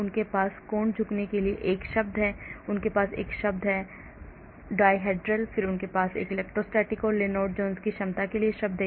उनके पास कोण झुकने के लिए एक शब्द है उनके पास एक शब्द है डायहेड्रल फिर उनके पास इलेक्ट्रोस्टैटिक और लेनार्ड जोन्स की क्षमता के लिए एक शब्द है